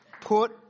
Put